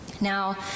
Now